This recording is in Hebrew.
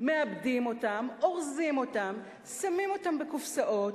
מעבדים אותם, אורזים אותם, שמים אותם בקופסאות.